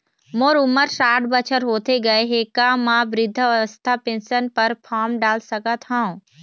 मोर उमर साठ बछर होथे गए हे का म वृद्धावस्था पेंशन पर फार्म डाल सकत हंव?